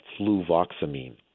fluvoxamine